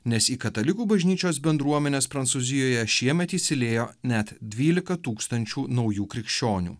nes į katalikų bažnyčios bendruomenes prancūzijoje šiemet įsiliejo net dvylika tūkstančių naujų krikščionių